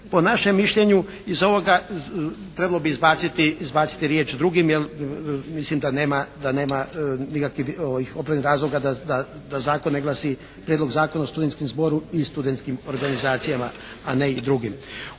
Po našem mišljenju iz ovoga trebalo bi izbaciti riječ "drugim" jer mislim da nema nikakvih opravdanih razloga da zakon ne glasi Prijedlog Zakona o studentskom zboru i studentskim organizacija, a ne i drugim.